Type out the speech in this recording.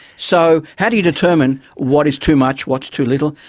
so how do you determine what is too much, what is too little?